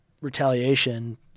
retaliation